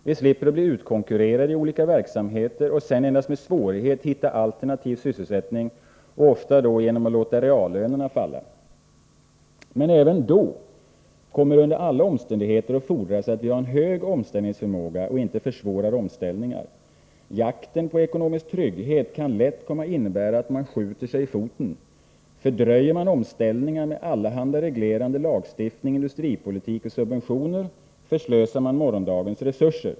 Vi slipper att bli utkonkurrerade i olika verksamheter och sedan endast med svårighet hitta alternativ sysselsättning, ofta genom att låta reallönerna falla. Men även då kommer det under alla omständigheter att fordras att vi har en hög omställningsförmåga och inte försvårar omställningar. Jakten på ekonomisk trygghet kan lätt komma att innebära att man skjuter sig i foten. Fördröjer man omställningar med allehanda reglerande lagstiftning, industripolitik och subventioner förslösar man morgondagens resurser.